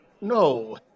no